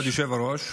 כבוד היושב-ראש,